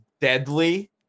deadly